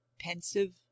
pensive